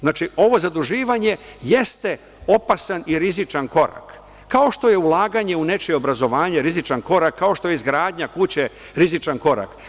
Znači, ovo zaduživanje jeste opasan i rizičan korak, kao što je ulaganje u nečije obrazovanje rizičan korak, kao što je izgradnja kuće rizičan korak.